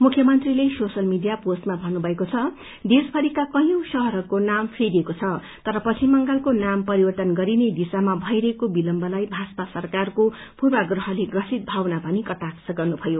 मुख्यमन्त्रीले social media पोस्टमा भन्नुभएको द देशमरिका कैयौ शहरहरूको नाम फेरिएको छ तर पश्चिम बंगालको नाम परिवर्त्तन गरिने दिशामा भइरहेको विलम्बलाई भाजपा सरकारको पूर्वाप्रहले प्रसित भावना भनी कटाक्ष गर्नुभयो